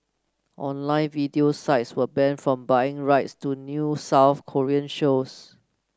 online video sites were banned from buying rights to new South Korean shows